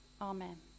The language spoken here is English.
Amen